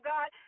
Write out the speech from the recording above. God